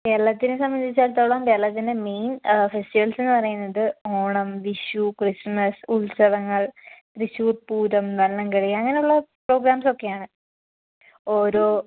കേരളത്തിനെ സംബന്ധിച്ചെടുത്തോളം കേരളത്തിൻ്റെ മെയിൻ ഫെസ്ടിവൽസ് എന്നുപറയുന്നത് ഓണം വിഷു ക്രിസ്മസ് ഉത്സവങ്ങൾ തൃശൂർപ്പൂരം വള്ളംകളി അങ്ങനെയുള്ള പ്രോഗ്രാംസ് ഒക്കെയാണ് ഓരോ